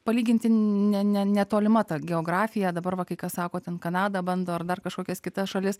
palyginti ne netolima tą geografiją dabar va kai kas sako ten kanada bando ar dar kažkokias kitas šalis